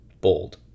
Bold